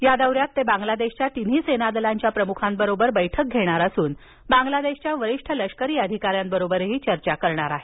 या दौऱ्यात ते बांगलादेशच्या तिन्ही सेनादलांच्या प्रमुखांबरोबर बैठक घेणार असून बांगलादेशच्या वरिष्ठ लष्करी अधिकाऱ्यांबरोबरही चर्चा करणार आहेत